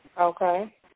Okay